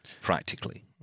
practically